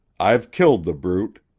i've killed the brute.